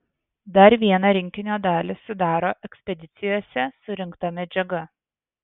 dar vieną rinkinio dalį sudaro ekspedicijose surinkta medžiaga